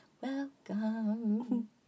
Welcome